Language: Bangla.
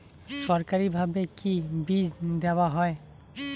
সরকারিভাবে কি বীজ দেওয়া হয়?